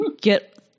get